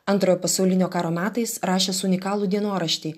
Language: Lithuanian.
antrojo pasaulinio karo metais rašęs unikalų dienoraštį